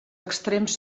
extrems